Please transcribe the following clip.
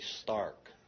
stark